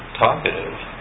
talkative